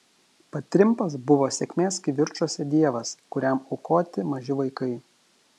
patrimpas buvo sėkmės kivirčuose dievas kuriam aukoti maži vaikai